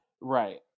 Right